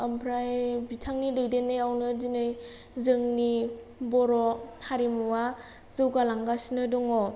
ओमफ्राय बिथांनि दैदेननायावनो दिनै जोंनि बर' हारिमुवा जौगालांगासिनो दङ